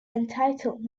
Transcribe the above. entitled